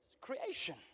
creation